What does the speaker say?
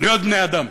להיות בני-אדם,